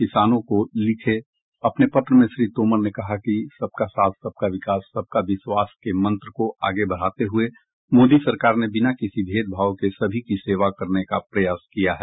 किसानों को लिखे अपने पत्र में श्री तोमर ने कहा कि सबका साथ सबका विकास सबका विश्वास के मंत्र को आगे बढ़ाते हुए मोदी सरकार ने बिना किसी भेदभाव के सभी की सेवा करने का प्रयास किया है